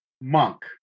monk